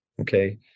okay